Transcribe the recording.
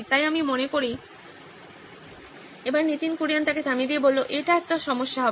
তাই আমি মনে করি নীতিন কুরিয়ান এটা একটা সমস্যা হবে